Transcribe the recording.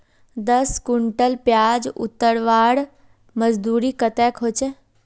दस कुंटल प्याज उतरवार मजदूरी कतेक होचए?